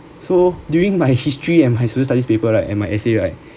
so during my history and my social study paper right and my essay right